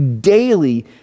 daily